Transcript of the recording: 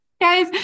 guys